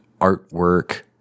artwork